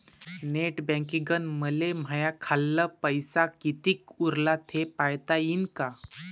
Net बँकिंगनं मले माह्या खाल्ल पैसा कितीक उरला थे पायता यीन काय?